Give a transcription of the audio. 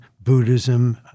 Buddhism